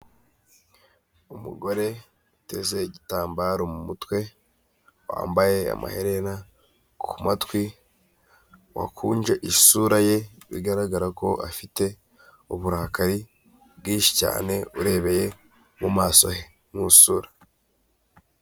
Umugore uteze igitambaro mu mutwe wambaye amaherera ku matwi, wakunje isura ye bigaragara ko afite uburakari bwinshi cyane urebeye mumaso he mu iusra.